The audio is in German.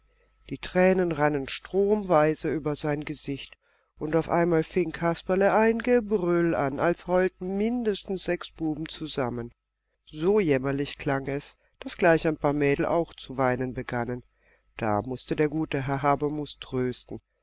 die tränen rannen stromweise über sein gesicht und auf einmal fing kasperle ein gebrüll an als heulten mindestens sechs buben zusammen so jämmerlich klang es daß gleich ein paar mädel auch zu weinen begannen da mußte der gute herr habermus trösten